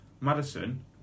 Madison